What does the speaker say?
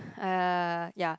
uh ya